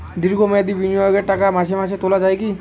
দীর্ঘ মেয়াদি বিনিয়োগের টাকা মাসে মাসে তোলা যায় কি?